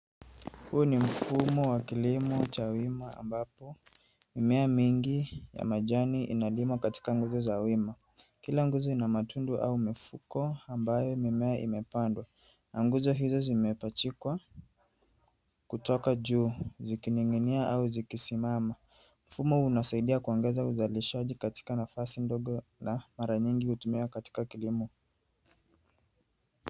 Huu ni mfumo wa kilimo cha wima, ambapo mimea mingi ya majani inalimwa katika nguzo za wima. Kila nguzo ina matundu au mifuko ambayo mimea imepandwa. Nguzo hizo zimepachikwa kutoka juu, zikining’inia au zikisimama. Mfumo huu unasaidia kuongeza uzalishaji katika nafasi ndogo na mara nyingi hutumika katika kilimo.